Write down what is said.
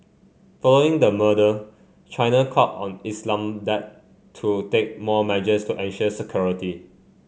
following the murder China called on Islamabad to take more measures to ensure security